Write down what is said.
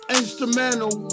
instrumental